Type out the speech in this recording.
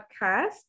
podcast